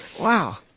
Wow